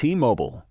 T-Mobile